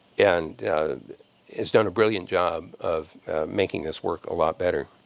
and he's done a brilliant job of making this work a lot better.